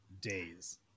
days